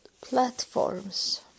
platforms